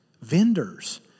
vendors